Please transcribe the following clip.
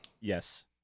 Yes